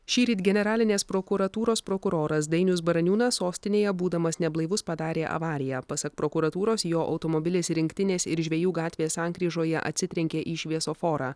šįryt generalinės prokuratūros prokuroras dainius baraniūnas sostinėje būdamas neblaivus padarė avariją pasak prokuratūros jo automobilis rinktinės ir žvejų gatvės sankryžoje atsitrenkė į šviesoforą